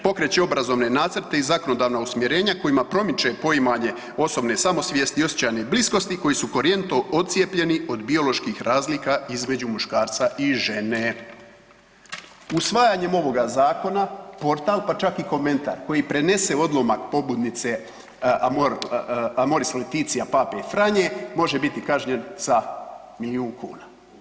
Pokreće obrazovne nacrte i zakonodavna usmjerenja kojima promiče poimanje osobne samosvijesti i osjećanje bliskosti koji su korjenito odcijepljeni od bioloških razlika između muškarca i žene.“ Usvajanjem ovoga zakona portal pa čak i komentar koji prenese odlomak pobudnice „Amoris laetitia“ pape Franje, može biti kažnjen sa milijun kuna.